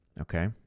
Okay